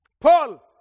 Paul